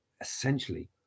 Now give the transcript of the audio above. essentially